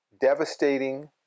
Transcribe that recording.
devastating